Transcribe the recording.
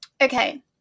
okay